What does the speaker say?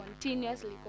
continuously